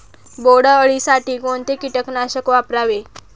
बोंडअळी साठी कोणते किटकनाशक वापरावे?